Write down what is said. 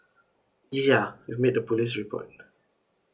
ya we made a police report